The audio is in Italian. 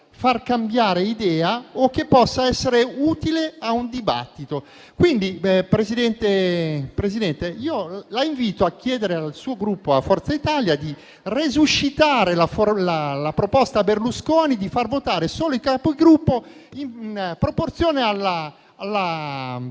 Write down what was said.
far cambiare idea o che possa essere utile a un dibattito. Quindi, Presidente, la invito a chiedere al suo Gruppo (Forza Italia) di resuscitare la proposta di Berlusconi di far votare solo i Capigruppo, in proporzione alla